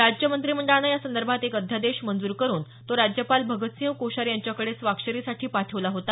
राज्य मंत्रिमंडळानं यासंदर्भात एक अध्यादेश मंजूर करून तो राज्यपाल भगतसिंह कोश्यारी यांच्याकडे स्वाक्षरीसाठी पाठवला होता